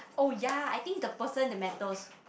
oh ya I think the person that matters